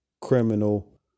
criminal